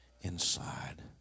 inside